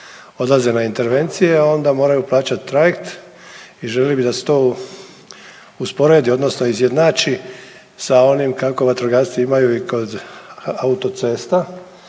odlaze na intervencije, a onda moraju plaćati trajekt i želili bi da se to usporedi odnosno izjednači sa onim kako vatrogasci imaju i kod autocesta,